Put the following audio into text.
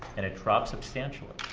and it drops substantially.